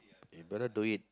you better do it